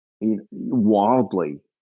wildly